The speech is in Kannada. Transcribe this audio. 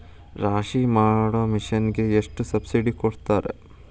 ರಾಶಿ ಮಾಡು ಮಿಷನ್ ಗೆ ಎಷ್ಟು ಸಬ್ಸಿಡಿ ಕೊಡ್ತಾರೆ?